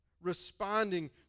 Responding